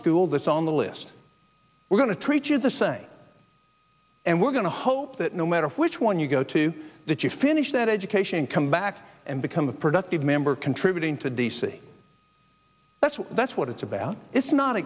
school that's on the list we're going to treat you the same and we're going to hope that no matter which one you go to that you finish that education and come back and become a productive member contributing to d c that's what that's what it's about it's not